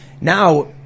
Now